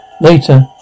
Later